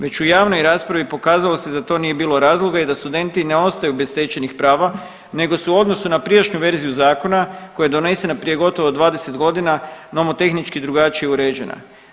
Već u javnoj raspravi pokazalo se da za to nije bilo razloga i da studenti ne ostaju bez stečenih prava nego su u odnosu na prijašnju verziju zakona koja je donesena prije gotovo 20 godina nomotehnički drugačije uređena.